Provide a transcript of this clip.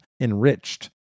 enriched